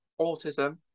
autism